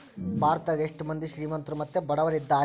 ಭಾರತದಗ ಎಷ್ಟ ಮಂದಿ ಶ್ರೀಮಂತ್ರು ಮತ್ತೆ ಬಡವರಿದ್ದಾರೆ?